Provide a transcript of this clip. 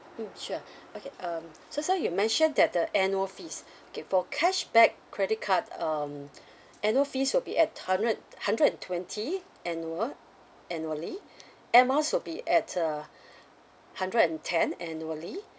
mm sure okay um just now you mentioned that the annual fees K for cashback credit card um annual fees will be at hundred hundred and twenty annual annually air miles would be at uh hundred and ten annually